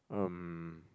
um